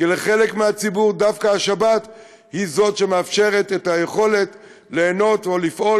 כי לחלק מהציבור דווקא השבת היא שמאפשרת ליהנות או לפעול